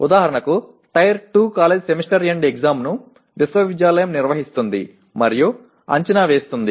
ఉదాహరణకు tier 2 college semester end పరీక్షను విశ్వవిద్యాలయం నిర్వహిస్తుంది మరియు అంచనా వేస్తుంది